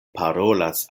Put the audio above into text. parolas